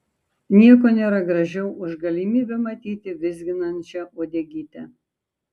nieko nėra gražiau už galimybę matyti vizginančią uodegytę